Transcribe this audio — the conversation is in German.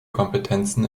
kompetenzen